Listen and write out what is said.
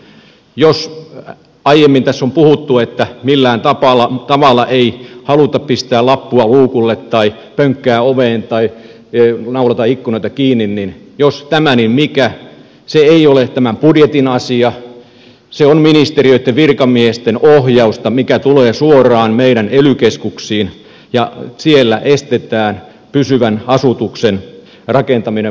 jos aiemmin tässä on puhuttu että millään tavalla ei haluta pistää lappua luukulle tai pönkkää oveen tai naulata ikkunoita kiinni niin tämä jos mikä ei ole tämän budjetin asia se on ministeriöitten virkamiesten ohjausta mikä tulee suoraan meidän ely keskuksiimme ja siellä estetään pysyvän asutuksen rakentaminen maaseudulle